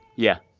yeah.